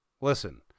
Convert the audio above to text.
Listen